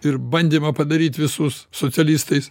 ir bandymą padaryt visus socialistais